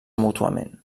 mútuament